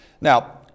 Now